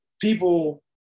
people